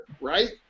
right